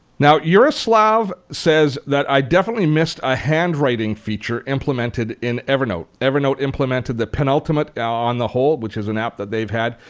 now jaroslaw says that i definitely missed a handwriting feature implemented in evernote. evernote implemented the penultimate ah on the whole, which is an app that they have had.